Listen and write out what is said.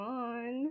on